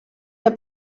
der